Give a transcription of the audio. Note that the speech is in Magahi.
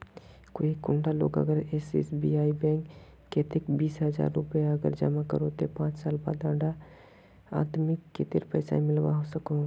कोई एक कुंडा लोग अगर एस.बी.आई बैंक कतेक बीस हजार रुपया अगर जमा करो ते पाँच साल बाद उडा आदमीक कतेरी पैसा मिलवा सकोहो?